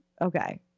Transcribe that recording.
okay